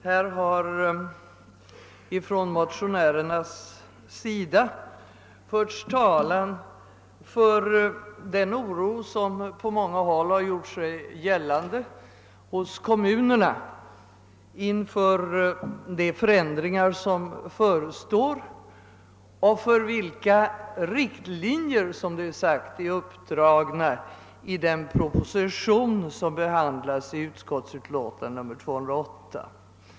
Herr talman! Motionärerna har här uttalat den oro som på många håll i kommunerna har gjort sig gällande inför de förändringar som förestår och inför de riktlinjer som är uppdragna i den proposition som behandlas i utskottets utlåtande nr 208.